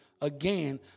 again